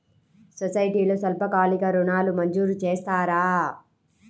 సొసైటీలో స్వల్పకాలిక ఋణాలు మంజూరు చేస్తారా?